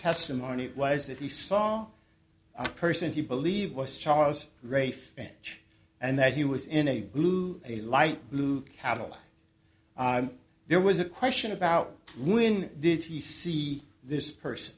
testimony was that he saw a person he believed was charles rafe range and that he was in a blue a light blue cattle there was a question about when did he see this person